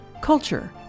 culture